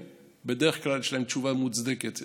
ובדרך כלל יש להם תשובה מוצדקת.